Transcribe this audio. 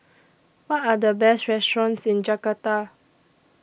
What Are The Best restaurants in Jakarta